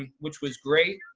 um which was great.